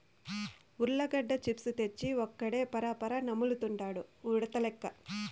ఉర్లగడ్డ చిప్స్ తెచ్చి ఒక్కడే పరపరా నములుతండాడు ఉడతలెక్క